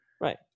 Right